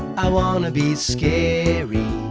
i wanna be scary.